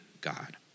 God